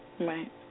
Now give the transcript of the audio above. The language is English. Right